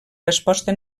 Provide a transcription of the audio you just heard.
resposta